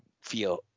feel